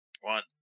one